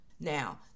Now